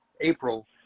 April